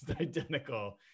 identical